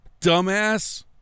dumbass